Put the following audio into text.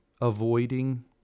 avoiding